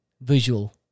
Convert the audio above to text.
visual